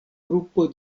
grupo